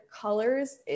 colors